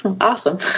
Awesome